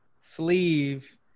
sleeve